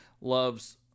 loves